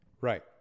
Right